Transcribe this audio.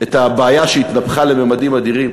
את הבעיה שהתנפחה לממדים אדירים,